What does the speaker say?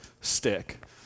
stick